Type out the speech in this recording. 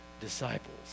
disciples